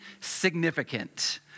significant